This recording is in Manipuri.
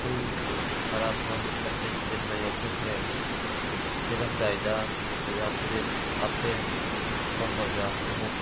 ꯑꯩ ꯃꯥꯔꯥꯊꯣꯟ ꯂꯝꯖꯦꯟ ꯆꯦꯟꯕ ꯌꯥꯎꯖꯈ꯭ꯔꯦ ꯆꯦꯜꯂꯝꯗꯥꯏꯗ ꯃꯣꯖꯥ ꯐꯨꯔꯤꯠ ꯍꯥ ꯄꯦꯟ ꯈꯣꯡ ꯃꯣꯖꯥ ꯈꯣꯡꯎꯞ